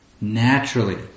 naturally